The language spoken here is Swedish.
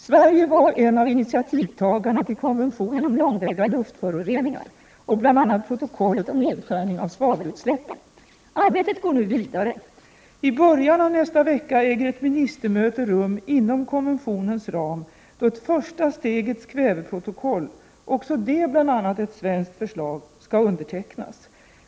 Sverige var en av initiativtagarna till konventionen om långväga luftföroreningar och bl.a. protokollet om nedskärning av svavelutsläppen. Arbetet går nu vidare. I början av nästa vecka äger ett ministermöte rum inom konventionens ram, då ett första stegets kväveprotokoll— också det bl.a. ett svenskt förslag — skall undertecknas.